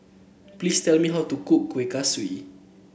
please tell me how to cook Kuih Kaswi